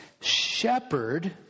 shepherd